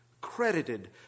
Credited